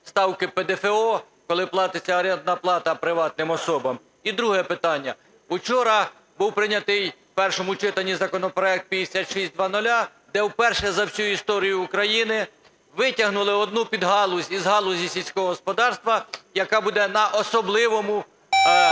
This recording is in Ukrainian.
ставки ПДФО, коли платиться орендна плата приватним особам? І друге питання. Вчора був прийнятий в першому читанні законопроект 5600, де вперше за всю історію України витягнули одну підгалузь із галузі сільського господарства, яка буде на особливій